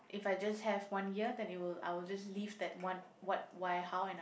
if I just have one year then it will I'll just live that one what why how and I